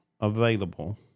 available